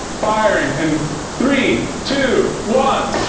firing in three, two, one.